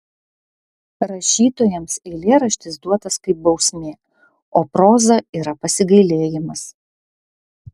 rašytojams eilėraštis duotas kaip bausmė o proza yra pasigailėjimas